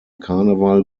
karneval